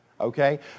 okay